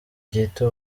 gito